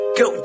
go